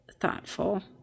thoughtful